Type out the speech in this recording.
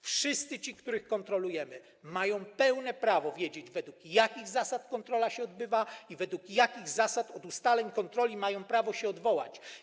Wszyscy ci, których kontrolujemy, mają pełne prawo wiedzieć, według jakich zasad odbywa się kontrola i według jakich zasad od ustaleń kontroli mają prawo się odwołać.